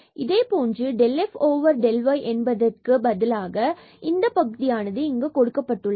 இதே போன்று del f del y என்பதற்கு இந்தப் பகுதியானது இங்கு கொடுக்கப்பட்டுள்ளது